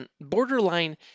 borderline